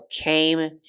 came